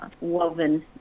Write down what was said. woven